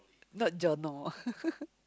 not